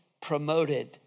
promoted